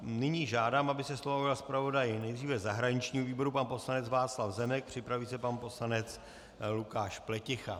Nyní žádám, aby se slova ujal zpravodaj nejdříve zahraničního výboru pan poslanec Václav Zemek, připraví se pan poslanec Lukáš Pleticha...